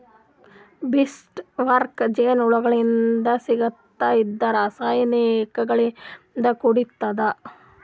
bees wax ಜೇನಹುಳಗೋಳಿಂತ್ ಸಿಗ್ತದ್ ಇದು ರಾಸಾಯನಿಕ್ ಗಳಿಂದ್ ಕೂಡಿರ್ತದ